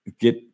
get